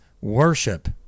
worship